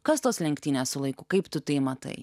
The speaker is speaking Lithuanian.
kas tos lenktynės su laiku kaip tu tai matai